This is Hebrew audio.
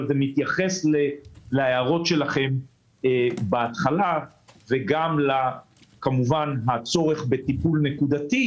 אבל זה מתייחס להערות שלכם בהתחלה וגם כמובן לצורך בטיפול נקודתי,